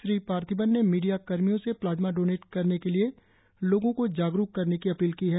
श्री पार्थिबन ने मीडिया कर्मियों से प्लाज्मा डोनेट करने के लिए लोगों को जागरुक करने की अपील की है